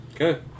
Okay